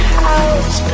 house